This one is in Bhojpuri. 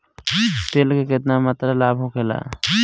तेल के केतना मात्रा लाभ होखेला?